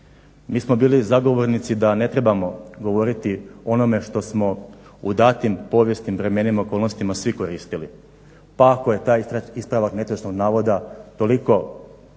Mi smo bili zagovornici da ne trebamo govoriti o onome što smo u datim povijesnim vremenima i okolnostima svi koristili. Pa ako je taj ispravak netočnog navoda toliko